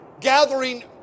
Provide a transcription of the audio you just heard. Gathering